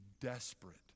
desperate